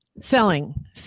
Selling